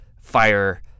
fire